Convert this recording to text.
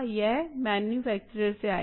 यह मैन्युफैक्चरर से आएगा